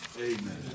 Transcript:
Amen